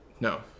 No